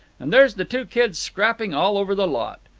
and there's the two kids scrapping all over the lot.